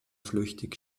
flüchtig